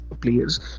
players